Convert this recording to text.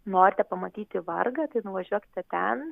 norite pamatyti vargą tai nuvažiuokite ten